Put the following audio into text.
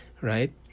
right